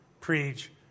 Preach